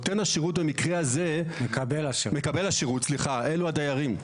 מקבל השירות במקרה הזה אלו הדיירים.